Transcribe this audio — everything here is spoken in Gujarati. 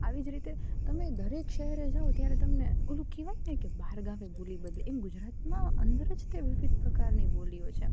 આવી જ રીતે તમે દરેક શહેરે જાઓ ત્યારે તમને ઓલું કહેવાય ને બાર ગામે બોલી બદલે એમ ગુજરાતમાં અંદર જ તે વિવિધ પ્રકારની બોલી હોય છે